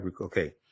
okay